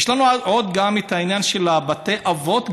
יש לנו את העניין של בתי אבות,